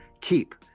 Keep